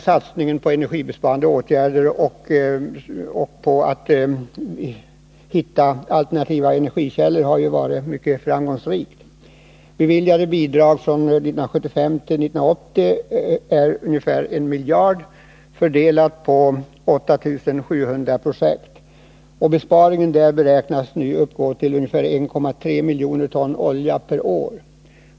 Satsningen på energibesparande åtgärder och på att hitta alternativa energikällor har varit mycket framgångsrik. Beviljade bidrag 1975-1980 ärca Nr 16 1 miljard, fördelat på 8 700 projekt. Besparingen där beräknas uppgå till ungefär 1,3 miljoner ton olja per år.